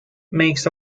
makes